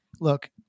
Look